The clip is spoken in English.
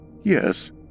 Yes